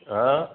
हा